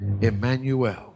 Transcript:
Emmanuel